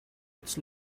its